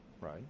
right